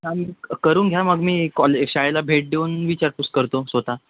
हां मग क करून घ्या मग मी कॉले शाळेला भेट देऊन विचारपूस करतो स्वत